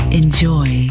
enjoy